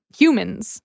humans